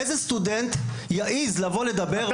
איזה סטודנט יעז לבוא לדבר?